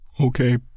Okay